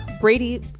Brady